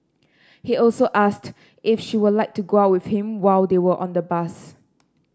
he also asked if she would like to go out with him while they were on the bus